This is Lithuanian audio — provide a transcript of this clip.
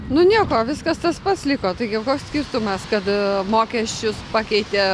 nu nieko viskas tas pats liko taigi koks skirtumas kad mokesčius pakeitė